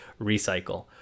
recycle